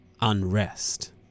unrest